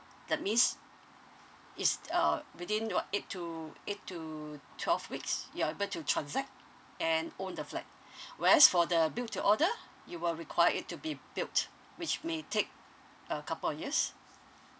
that means it's uh within what eight to eight to twelve weeks you're able to transact and own the flat whereas for the build to order you will require it to be built which may take a couple of years